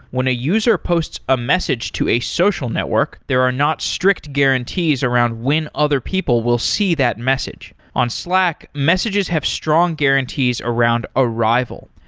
when a user posts a message to a social network, there are not strict guarantees around when other people will see that message. on slack, messages have strong guarantees around arrival.